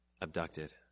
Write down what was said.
abducted